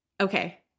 Okay